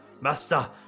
Master